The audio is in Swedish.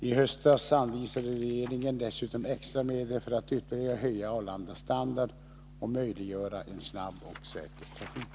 I höstas anvisade regeringen dessutom extra medel för att ytterligare höja Arlandas standard och möjliggöra en snabb och säker trafik.